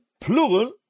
plural